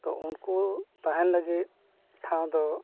ᱛᱚ ᱩᱱᱠᱩ ᱛᱟᱦᱮᱱ ᱞᱟᱹᱜᱤᱫ ᱴᱷᱟᱶ ᱫᱚ